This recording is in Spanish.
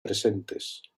presentes